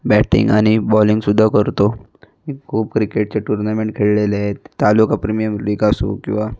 batting आणि बॉलिंगसुद्धा करतो खूप क्रिकेटचे टूर्नामेंट खेळलेले आहेत तालुका प्रीमियम लीग असो किंवा